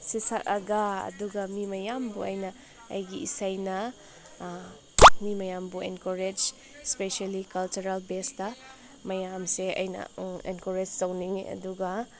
ꯁꯤ ꯁꯛꯑꯥꯒ ꯑꯗꯨꯒ ꯃꯤ ꯃꯌꯥꯝꯕꯨ ꯑꯩꯅ ꯑꯩꯒꯤ ꯏꯁꯩꯅ ꯃꯤ ꯃꯌꯥꯝꯕꯨ ꯑꯦꯟꯀꯔꯦꯖ ꯏꯁꯄꯦꯁꯤꯌꯦꯜꯂꯤ ꯀꯜꯆꯔꯦꯜ ꯕꯦꯖꯇꯥ ꯃꯌꯥꯝꯁꯦ ꯑꯩꯅ ꯑꯦꯟꯀꯔꯦꯖ ꯇꯧꯅꯤꯡꯉꯦ ꯑꯗꯨꯒ